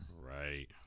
Right